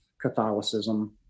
Catholicism